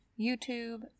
YouTube